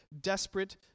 desperate